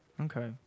Okay